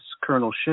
Colonel